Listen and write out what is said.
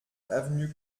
avenue